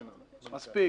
מספיק.